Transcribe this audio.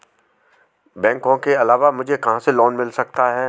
बैंकों के अलावा मुझे कहां से लोंन मिल सकता है?